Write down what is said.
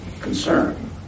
concern